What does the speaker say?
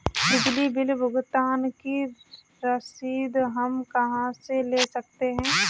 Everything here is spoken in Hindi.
बिजली बिल भुगतान की रसीद हम कहां से ले सकते हैं?